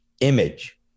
image